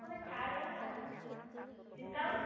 ᱟᱨ ᱠᱳᱱᱳ ᱪᱷᱟᱲ ᱵᱟᱹᱱᱩᱜᱼᱟ ᱰᱤᱥᱠᱟᱭᱩᱱᱴ